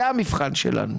זה המבחן שלנו.